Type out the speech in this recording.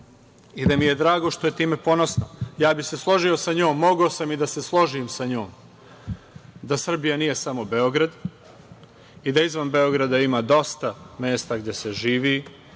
i da mi je drago što je time ponosna. Složio bih se sa njom, mogao sam i da se složim sa njom da Srbija nije samo Beograd i da izvan Beograda ima dosta mesta gde se živi